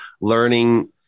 learning